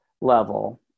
level